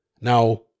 Now